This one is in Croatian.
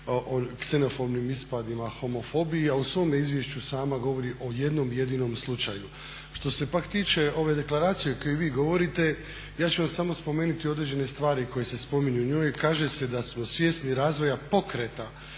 o ksenofobnim ispadima, homofobiji, a u svome izvješću sama govori o jednom jedinom slučaju. Što se pak tiče ove deklaracije o kojoj vi govorite ja ću vam samo spomenuti određene stvari koje se spominju u njoj. Kaže se da smo svjesni razvoja pokreta